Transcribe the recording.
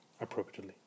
Appropriately